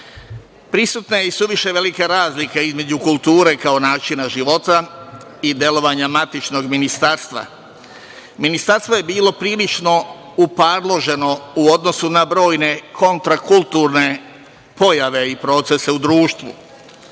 je i suviše velika razlika između kulture kao načina života i delovanja matičnog ministarstva. Ministarstvo je bilo primično uparloženo u odnosu na brojne kontra kulturne pojave i procese u društvu.